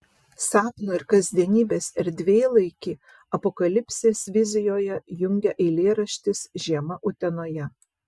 sapno ir kasdienybės erdvėlaikį apokalipsės vizijoje jungia eilėraštis žiema utenoje